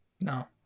No